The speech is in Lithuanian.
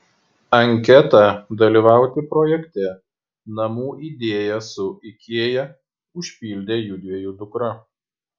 anketą dalyvauti projekte namų idėja su ikea užpildė judviejų dukra